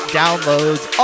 downloads